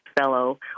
fellow